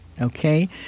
Okay